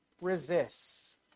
resists